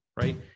Right